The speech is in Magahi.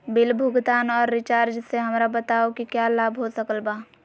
बिल भुगतान और रिचार्ज से हमरा बताओ कि क्या लाभ हो सकल बा?